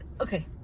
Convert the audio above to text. okay